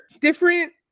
different